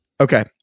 Okay